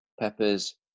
peppers